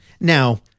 Now